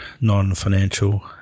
non-financial